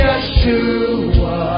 Yeshua